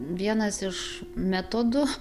vienas iš metodų